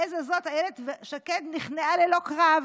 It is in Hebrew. בעז הזאת אילת שקד נכנעה ללא קרב.